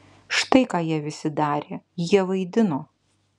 štai ką jie visi darė jie vaidino